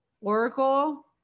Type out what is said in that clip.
Oracle